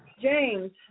James